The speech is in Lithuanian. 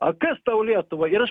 a kas tau lietuva ir aš